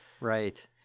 Right